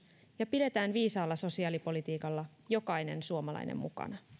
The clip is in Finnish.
ja pidetään viisaalla sosiaalipolitiikalla jokainen suomalainen